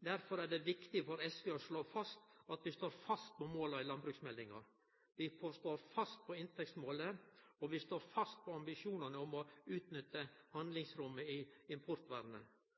Derfor er det viktig for SV å slå fast at vi står fast på måla i landbruksmeldinga. Vi står fast på inntektsmålet, og vi står fast på ambisjonane om å utnytte handlingsrommet i importvernet